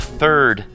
third